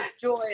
joy